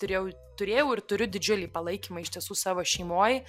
turėjau turėjau ir turiu didžiulį palaikymą iš tiesų savo šeimoj